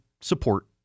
Support